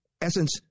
essence